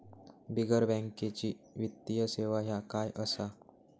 बिगर बँकेची वित्तीय सेवा ह्या काय असा?